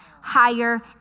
higher